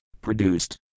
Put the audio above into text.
Produced